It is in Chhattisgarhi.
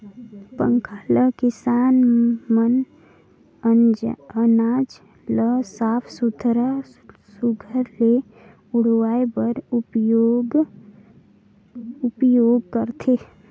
पंखा ल किसान मन अनाज ल साफ सुथरा सुग्घर ले उड़वाए बर उपियोग करथे